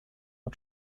und